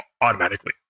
automatically